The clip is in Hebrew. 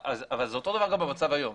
אבל זה אותו דבר גם במצב היום.